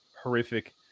horrific